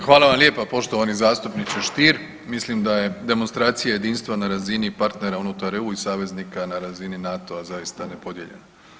Hvala vam lijepa poštovani zastupniče Stier, mislim da je demonstracija jedinstva na razini partnera unutar EU i saveznika na razini NATO-a zaista nepodijeljena.